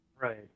Right